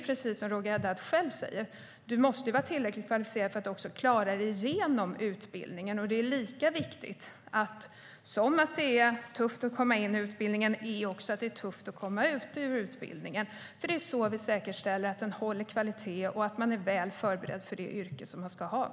Precis som Roger Haddad säger måste du vara tillräckligt kvalificerad för att klara dig igenom utbildningen. Lika tufft som det är att komma in på utbildningen är det att genomgå den. Det är så vi säkerställer att utbildningen håller kvaliteten och att man är väl förberedd för det yrke som man valt.